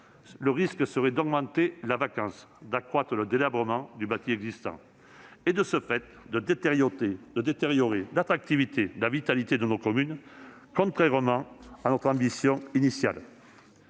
le risque est d'augmenter la vacance, d'accroître le délabrement du bâti existant et, de fait, de réduire l'attractivité et la vitalité de nos communes, contrairement à notre ambition initiale.